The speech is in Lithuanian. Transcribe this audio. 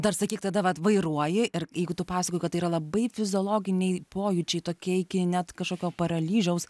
dar sakyk tada vat vairuoji ir jeigu tu pasakojai kad tai yra labai fiziologiniai pojūčiai tokie iki net kažkokio paralyžiaus